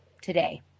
today